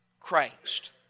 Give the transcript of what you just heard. Christ